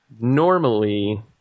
normally